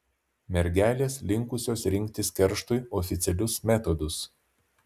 mergelės linkusios rinktis kerštui oficialius metodus